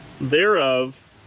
thereof